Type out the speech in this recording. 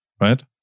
Right